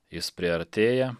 jis priartėja